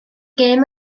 gêm